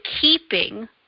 keeping